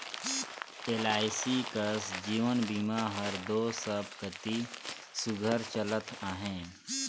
LIC कस जीवन बीमा हर दो सब कती सुग्घर चलत अहे